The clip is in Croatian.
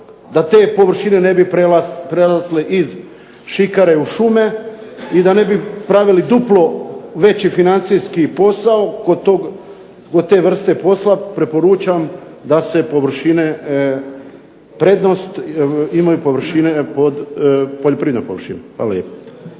da te površine ne bi prelazile iz šikare u šume i da ne bi pravili duplo veći financijski posao kod te vrste posla, preporučam da se površine, prednost imaju površine pod, poljoprivredna površina. Hvala lijepa.